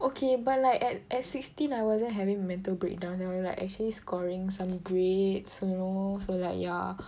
okay but like at at sixteen I wasn't having mental breakdown and I'm like actually scoring some grades you know so like ya